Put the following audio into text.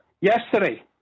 yesterday